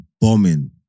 bombing